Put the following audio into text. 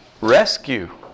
rescue